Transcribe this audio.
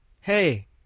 Hey